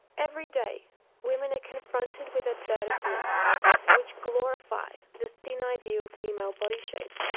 every day women are confronted with advertisements which glorify the thin ideal female body shape.